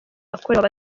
yakorewe